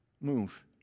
move